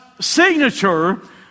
signature